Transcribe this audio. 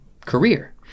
career